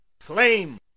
flame